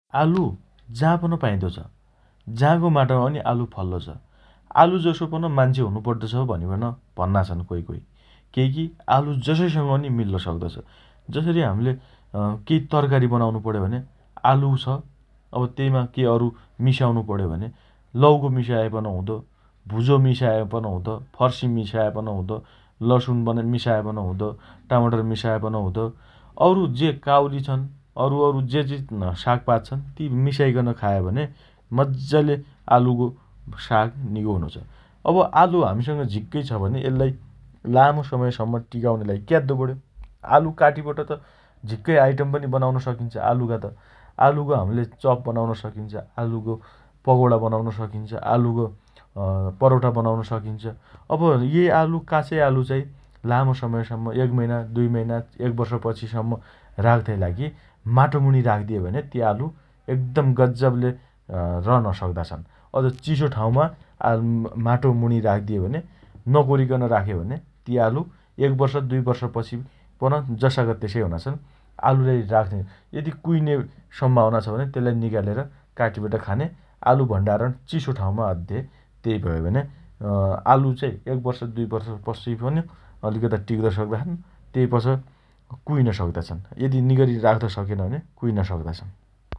आलु जाँपन पाइदो छ । जाँका माटोमा पनि आलु फल्लो छ । आलु जसो पन मान्छे हुन पड्डो छ भनिबट भन्ना छन् कोइ कोइ । केइ की आलु जसैसँग पनि मिल्ल सक्तो छ । जसरी हाम्ले अँ केइ तरकारी बनाउनो पण्यो भने आलु छ । अब तेइमा केइ अरु मिसाउनो पण्यो भने लौको मिसाए पन हुँदो । भुजो मिसाएपन हुँदो । फर्सी मिसाए पन हुँदो । लसुनपन मिसाएपन हुँदो । टमाटर मिसाएपन हुँदो । औरु जे काउली छन्, अरुअरु जेजे सागपात छन् ती मिसाइकन खाए भने मज्जाले आलुको साग निको हुनो छ। अब आलु हमीसँग झिक्कै छ भने यल्लाइ लामो समयसम्म टिकाउनलाई क्याद्दो पण्यो । आलु काटिबट त झिक्कै आइटम बनाउन सकिन्छ आलुका त । आलुका हम्ले चप बनाउन सकिन्छ । आलुको पकौणा बनाउन सकिन्छ । आलुको अँ परौठा बनाउन सकिन्छ । अब एई आलु काचै आलु चाइ लामो समयसम्म एक महिना दुई महिना एक वर्षपछिसम्म राख्ताइ लागि माटो मुणी राख्दिए भने ती आलु एकदम गज्जबले अँ रहन सक्दा छन् । अझ चिसो ठाउँमा अम् माटो मुणी राख्दिए भने नकोरिकन राखे भने ती आलु एक वर्ष दुई वर्ष पछि पन जसाका तेसाइ हुना छन् । आलुलाई राख्ताइ यदि कुइने सम्भावना छ भने तेल्लाइ निकालेर काटिबट खाने । आलु भण्डारण चिसो ठाउँमा अद्दे । तेइ भए भने अँ आलु चाइ एक वर्ष दुइ वर्ष पछि पन अलिकता टिप्द सक्ता छन् । तेइपछा कुइन सक्दा छन् । यदि निकरी राख्द सकेन भने कुइन सक्दा छन् ।